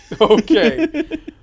Okay